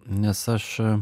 nes aš